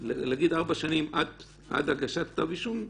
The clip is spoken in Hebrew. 4 שנים עד הגשת כתב אישום,